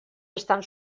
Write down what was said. estan